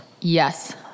Yes